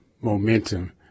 momentum